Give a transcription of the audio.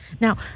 Now